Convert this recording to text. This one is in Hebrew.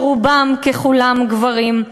שרובם ככולם גברים,